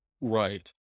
right